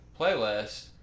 playlist